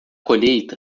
colheita